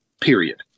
period